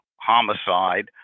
homicide